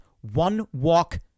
one-walk